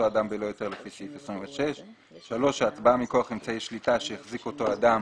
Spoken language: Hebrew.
אדם בלא היתר לפי סעיף 26. שהצבעה מכוח אמצעי שליטה שהחזיק אותו אדם